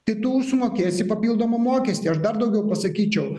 tai tu užsimokėsi papildomą mokestį aš dar daugiau pasakyčiau